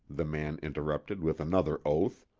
the man interrupted with another oath,